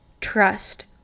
Trust